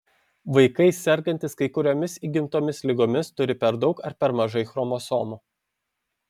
vaikai sergantys kai kuriomis įgimtomis ligomis turi per daug ar per mažai chromosomų